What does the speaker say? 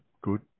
good